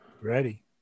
Ready